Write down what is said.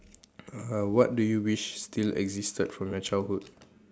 uh what do you wish still existed from your childhood